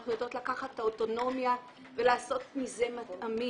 אנחנו יודעות לקחת את האוטונומיה ולעשות מזה מטעמים.